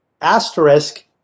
Asterisk